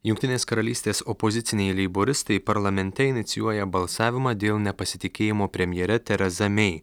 jungtinės karalystės opoziciniai leiboristai parlamente inicijuoja balsavimą dėl nepasitikėjimo premjere tereza mei